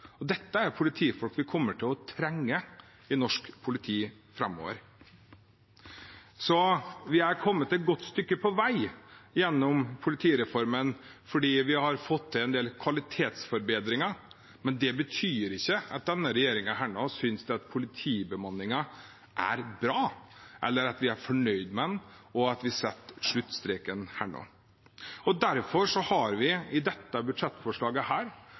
og dette er folk vi kommer til å trenge i norsk politi framover. Så vi er kommet et godt stykke på vei gjennom politireformen, fordi vi har fått til en del kvalitetsforbedringer, men det betyr ikke at denne regjeringen nå synes at politibemanningen er bra, eller at vi er fornøyd med den og setter sluttstreken her og nå. Derfor har vi i dette budsjettforslaget